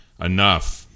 enough